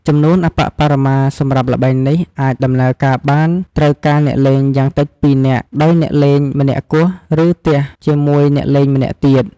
ចំនួនអប្បបរមាសម្រាប់ល្បែងនេះអាចដំណើរការបានត្រូវការអ្នកលេងយ៉ាងតិច ២ នាក់ ដោយអ្នកលេងម្នាក់គោះ ឬទះជាមួយអ្នកលេងម្នាក់ទៀត។